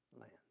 Land